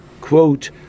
quote